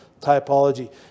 typology